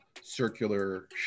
circular